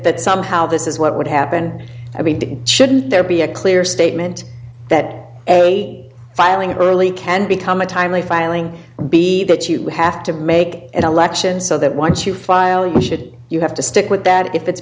that somehow this is what would happen i mean shouldn't there be a clear statement that a filing early can become a timely filing and be that you have to make an election so that once you file your shit you have to stick with that if it's